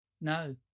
No